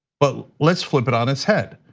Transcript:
but let's flip it on its head.